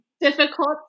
Difficult